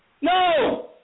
No